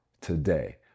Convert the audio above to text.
today